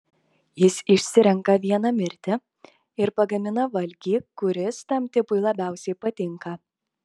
jis išsirenka vieną mirti ir pagamina valgį kuris tam tipui labiausiai patinka